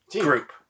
group